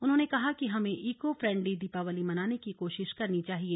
उन्होंने कहा कि हमें ईको फ्रेंडली दीपावली मनाने की कोशिश करनी चाहिए